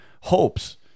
hopes